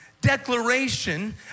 declaration